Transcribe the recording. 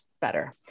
better